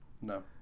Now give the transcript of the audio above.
No